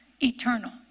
Eternal